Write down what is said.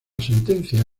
sentencia